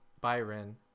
Byron